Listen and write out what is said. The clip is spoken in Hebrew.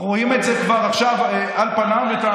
אנחנו רואים את זה כבר עכשיו, על פניו, את,